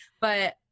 but-